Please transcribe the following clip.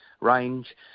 range